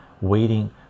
waiting